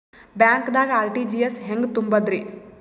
ಬ್ಯಾಂಕ್ದಾಗ ಆರ್.ಟಿ.ಜಿ.ಎಸ್ ಹೆಂಗ್ ತುಂಬಧ್ರಿ?